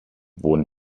wurden